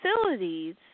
facilities